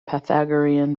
pythagorean